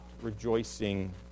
rejoicing